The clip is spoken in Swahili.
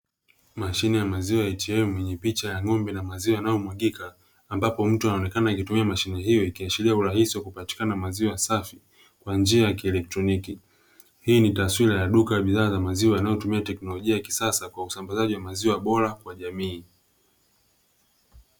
Mashine ya maziwa "ATM" yenye picha ya ng’ombe na maziwa yanaomwagika, ambapo mtu anaonekana akitumia mashine hiyo. Ikiashiria urahisi wa kupatikana maziwa safi kwa njia ya kieletroniki, hii ni taswira ya duka la bidhaa za maziwa linalotumia teknolojia ya kisasa kwa usambazaji wa maziwa bora kwa jamii.